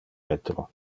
retro